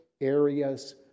areas